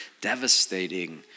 devastating